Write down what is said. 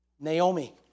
Naomi